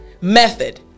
method